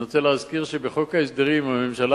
אני רוצה להזכיר שבחוק ההסדרים הממשלה